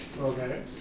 Okay